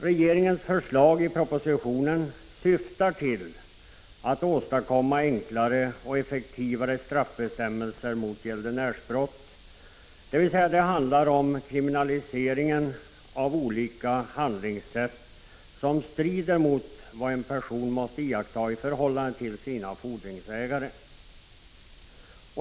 Regeringens förslag i propositionen syftar till att åstadkomma enklare och effektivare straffbestämmelser mot gäldenärsbrott, dvs. det handlar om kriminaliseringen av olika handlingssätt som strider mot vad en person måste iaktta i förhållandet till sina fordringsägare.